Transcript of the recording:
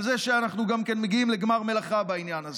ועל כך שאנחנו מגיעים לגמר מלאכה בעניין הזה.